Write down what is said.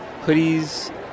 hoodies